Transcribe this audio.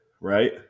right